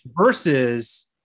versus